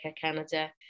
Canada